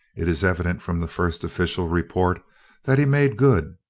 it is evident from the first official report that he made good.